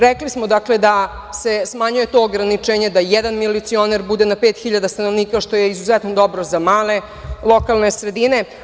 Rekli smo dakle, da se smanjuje to ograničenje da jedan milicioner bude na 5.000 stanovnika, što je izuzetno dobro za male lokalne sredine.